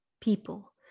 people